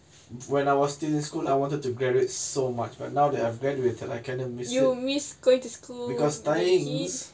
when I was still in school I wanted to get it so much but now they have graduated I kind of miss you miss greatest because davies